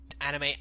anime